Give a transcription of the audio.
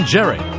Jerry